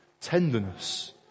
tenderness